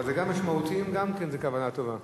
אבל משמעותיים גם כן זו כוונה טובה.